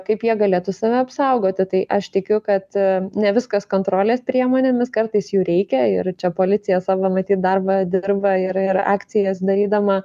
kaip jie galėtų save apsaugoti tai aš tikiu kad ne viskas kontrolės priemonėmis kartais jų reikia ir čia policija savo matyt darbą dirba ir ir akcijas darydama